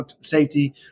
safety